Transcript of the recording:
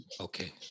Okay